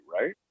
right